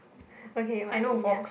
okay but ya